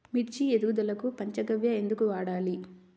మిర్చి ఎదుగుదలకు పంచ గవ్య ఎందుకు వాడాలి?